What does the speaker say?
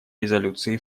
резолюции